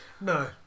No